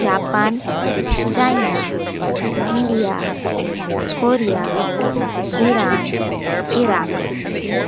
Japan China India Korea Iran Iraq